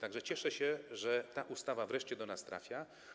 Tak że cieszę się, że ta ustawa wreszcie do nas trafia.